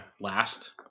last